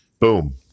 boom